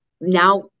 now